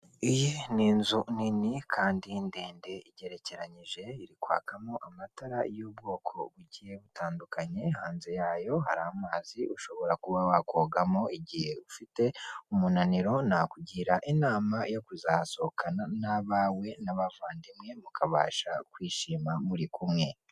Iyi ni inzu nini kandi ndende igerekeranyije, iri kwakamo amatara y'ubwoko bugiye butandukanye, hanze yayo hari amazi ushobora kuba wakogamo igihe ufite umunaniro, nakugira inama yo kuzasohokanamo n'abawe , n'abavandimwe mukabasha kwishima muri kumwe.